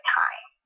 time